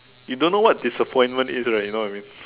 you don't know what disappointment is right you know what I mean